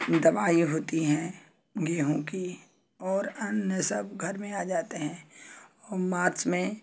दवाई होती हैं गेहूँ की और अन्य सब घर में आ जाते हैं मार्च में